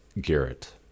Garrett